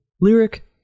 Lyric